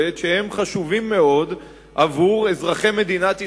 שהם חשובים מאוד עבור אזרחי מדינת ישראל,